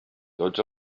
tots